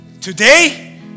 today